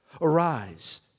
Arise